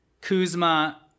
Kuzma